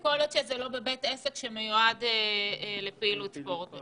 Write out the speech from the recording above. זה כל עוד שזה לא בבית עסק שמיועד לפעילות ספורט.